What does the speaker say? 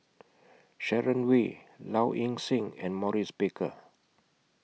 Sharon Wee Low Ing Sing and Maurice Baker